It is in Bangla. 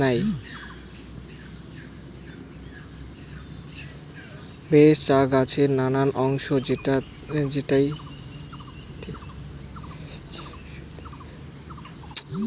ভেষজ চা গছের নানান অংশ যেইটে কুনো ক্যামেলিয়া সিনেনসিস নাই